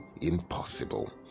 impossible